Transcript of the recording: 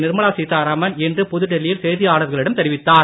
நிர்மலா சீத்தாராமன் இன்று புதுடெல்லியில் செய்தியாளர்களிடம் தெரிவித்தார்